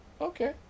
Okay